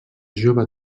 jove